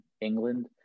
England